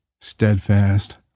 steadfast